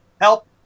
help